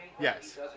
Yes